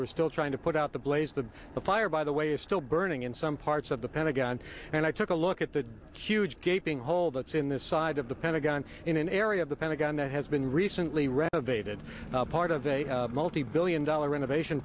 were still trying to put out the blaze the fire by the way is still burning in some parts of the pentagon and i took a look at the huge gaping hole that's in this side of the pentagon in an area of the pentagon that has been recently renovated part of a multibillion dollar renovation